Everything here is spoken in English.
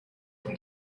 from